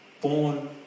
born